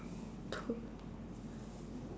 two